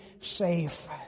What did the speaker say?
safe